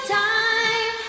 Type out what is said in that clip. time